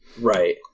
Right